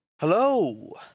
Hello